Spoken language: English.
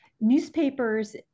Newspapers